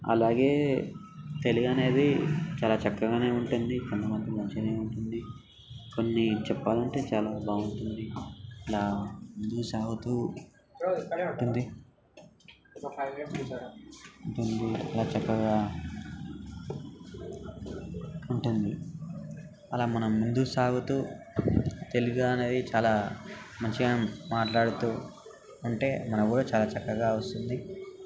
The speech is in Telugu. అలాగే తెలుగు అనేది చాలా చక్కగానే ఉంటుంది కొన్ని మనకు మంచిగానే ఉంటుంది కొన్ని చెప్పాలంటే చాలా బాగుంటుంది ఇట్లా ముందుకు సాగుతూ ఉంటుంది ఉంటుంది చాలా చక్కగా ఉంటుంది అలా మనం ముందుకు సాగుతూ తెలుగు అనేది చాలా మంచిగా మాట్లాడుతూ అంటే మనకు కూడా చాలా చక్కగా వస్తుంది